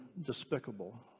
despicable